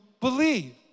believe